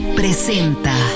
presenta